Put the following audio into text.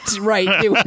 Right